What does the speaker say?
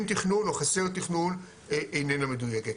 תכנון או שחסר תכנון איננה מדויקת,